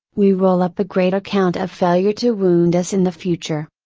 we roll up a great account of failure to wound us in the future.